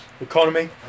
Economy